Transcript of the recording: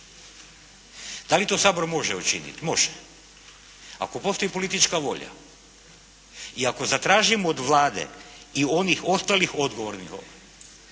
Da li to Sabor može učiniti? Može. Ako postoji politička volja i ako zatražimo od Vlade i onih ostalih odgovornih da